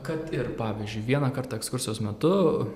kad ir pavyzdžiui vienąkart ekskursijos metu